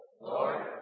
Lord